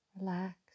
relax